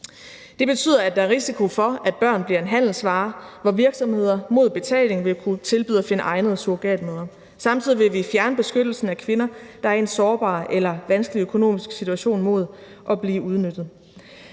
Det betyder, at der er risiko for, at børn bliver en handelsvare, hvor virksomheder mod betaling vil kunne tilbyde at finde egnede surrogatmødre. Samtidig vil vi fjerne beskyttelsen af kvinder, der er i en sårbar eller vanskelig økonomisk situation, i forhold til at blive udnyttet.